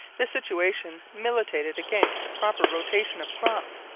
the situation militated against proper rotation of crops,